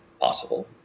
possible